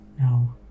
No